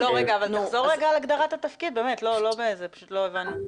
תחזור רגע על הגדרת התפקיד, פשוט לא הבנו.